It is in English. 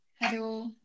Hello